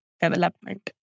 development